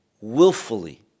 willfully